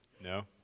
No